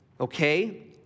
Okay